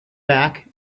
back